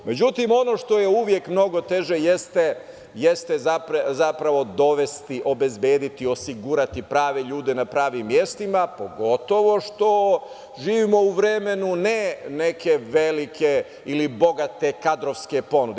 Međutim, ono što je uvek mnogo teže jeste dovesti, obezbediti, osigurati prave ljude na pravnom mestu, pogotovo što živimo u vremenu ne neke velike ili bogate kadrovske ponude.